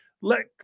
let